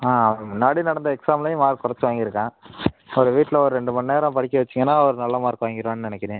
ஆ முன்னாடி நடந்த எக்ஸாம்லையும் மார்க் குறைச்சு வாங்கிருக்கான் ஒரு வீட்டில ஒரு ரெண்டு மணி நேரம் படிக்க வச்சீங்கன்னால் ஒரு நல்ல மார்க் வாங்கிடுவான்னு நினைக்கிறேன்